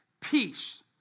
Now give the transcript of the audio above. peace